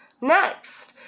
Next